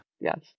Yes